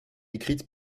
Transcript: écrite